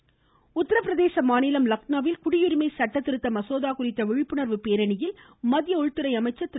கு அமீத்ஷா உத்தரப்பிரதேச மாநிலம் லக்னோவில் குடியூரிமை சட்டதிருத்த மசோதா குறித்த விழிப்புணர்வு பேரணியில் மத்திய உள்துறை அமைச்சர் திரு